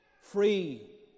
free